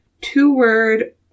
Two-word